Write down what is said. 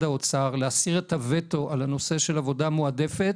האוצר להסיר את הווטו על הנושא של עבודה מועדפת